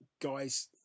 guys